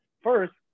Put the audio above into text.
first